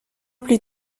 plus